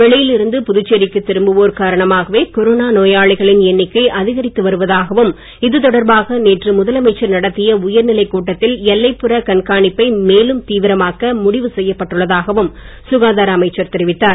வெளியில் இருந்து புதுச்சேரிக்கு திரும்புவோர் காரணமாகவே கொரோனா நோயாளிகளின் எண்ணிக்கை அதிகரித்து வருவதாகவும் இது தொடர்பாக நேற்று முதலமைச்சர் நடத்திய உயர்நிலை கூட்டத்தில் எல்லைப் புற கண்காணிப்பை மேலும் தீவிரமாக்க முடிவு செய்யப் பட்டுள்ளதாகவும் சுகாதார அமைச்சர் தெரிவித்தார்